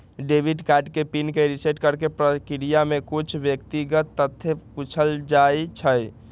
debit card के pin के reset करेके प्रक्रिया में कुछ व्यक्तिगत तथ्य पूछल जाइ छइ